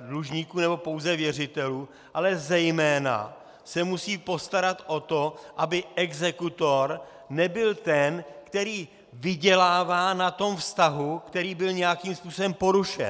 dlužníků nebo pouze věřitelů, ale zejména se musí postarat o to, aby exekutor nebyl ten, který vydělává na tom vztahu, který byl nějakým způsobem porušen.